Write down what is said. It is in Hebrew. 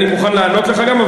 לא,